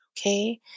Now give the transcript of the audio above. okay